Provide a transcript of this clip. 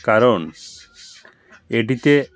কারণ এটিতে